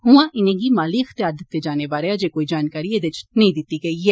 उआं इनें'गी माली अख्तियार दित्ते जाने बारै अजें कोई जानकारी एहदे च नेईं दिती गेदी ऐ